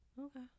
Okay